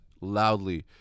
loudly